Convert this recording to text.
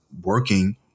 working